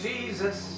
Jesus